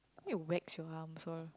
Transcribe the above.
need to wax your arms all